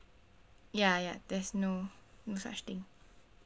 ya ya there's no no such thing